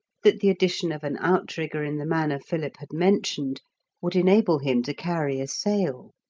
that the addition of an outrigger in the manner philip had mentioned would enable him to carry a sail.